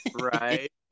Right